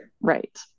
Right